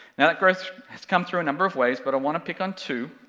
now that growth has come through a number of ways, but i want to pick on two,